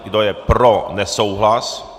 Kdo je pro nesouhlas?